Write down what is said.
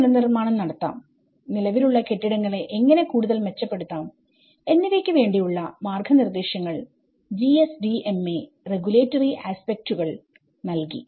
എങ്ങനെ പുനർനിർമ്മാണം നടത്താം നിലവിൽ ഉള്ള കെട്ടിടങ്ങളെ എങ്ങനെ കൂടുതൽ മെച്ചപ്പെടുത്താം എന്നിവയ്ക്ക് വേണ്ടിയുള്ള മാർഗനിർദ്ദേശങ്ങൾ GSDMA റെഗുലേറ്ററി ആസ്പെക്റ്റുകൾ നൽകി